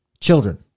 Children